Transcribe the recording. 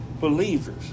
believers